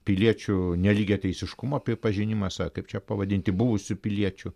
piliečių nelygiateisiškumo pripažinimas ar kaip čia pavadinti buvusių piliečių